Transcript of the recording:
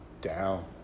down